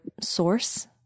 source